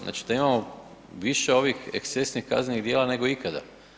Znači da imamo više ovih ekscesnih kaznenih djela nego ikada.